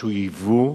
שהוא ייבוא,